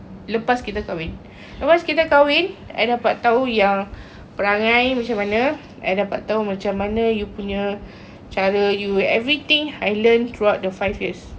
lepas kita kahwin lepas kita kahwin I dapat tahu yang perangai macam mana I dapat tahu macam mana you punya cara you everything I learn throughout the five years